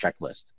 checklist